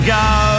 go